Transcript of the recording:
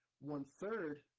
one-third